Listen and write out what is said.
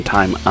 Time